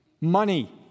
Money